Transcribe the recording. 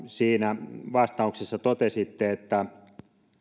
siinä vastauksessa totesitte että